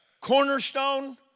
Cornerstone